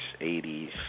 80s